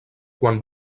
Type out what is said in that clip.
quan